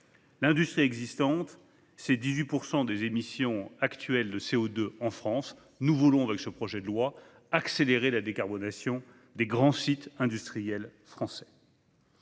L'industrie existante, c'est 18 % des émissions actuelles de CO2 en France. Avec ce projet de loi, nous voulons accélérer la décarbonation des grands sites industriels français.